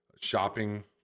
shopping